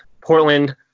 Portland